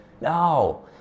No